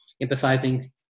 Emphasizing